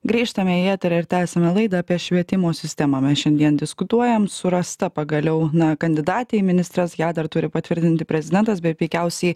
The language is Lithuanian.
grįžtame į eterį ir tęsiame laidą apie švietimo sistemą mes šiandien diskutuojam surasta pagaliau na kandidatė į ministres ją dar turi patvirtinti prezidentas bet veikiausiai